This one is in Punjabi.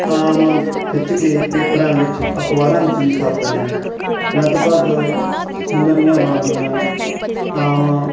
ਆਮ ਖਿੱਚ ਕੇ ਪੇਪਰਾਂ ਵਿੱਚ ਅਖ਼ਬਾਰਾਂ ਵਿੱਚ ਵੀ ਛਾਪ ਦਿੰਦੇ ਹਾਂ ਲਗਭਗ ਸਿਨਰੀਆਂ ਬਣਦੀਆਂ ਆਮ